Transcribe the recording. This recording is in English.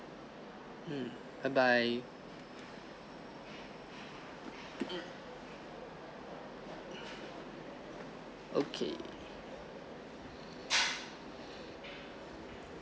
um bye bye okay